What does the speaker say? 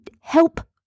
help